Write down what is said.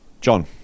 John